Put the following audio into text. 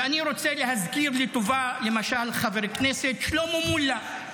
ואני רוצה להזכיר לטובה למשל את חבר הכנסת שלמה מולה,